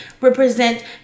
represent